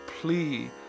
plea